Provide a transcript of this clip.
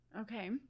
okay